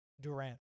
Durant